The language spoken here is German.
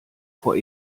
vor